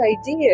idea